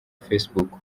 facebook